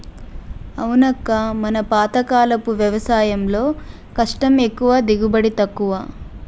అవునక్క మన పాతకాలపు వ్యవసాయంలో కష్టం ఎక్కువ దిగుబడి తక్కువ